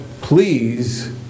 please